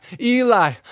Eli